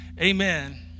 Amen